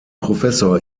professor